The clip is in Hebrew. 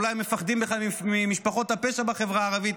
אולי הם מפחדים בכלל ממשפחות הפשע בחברה הערבית,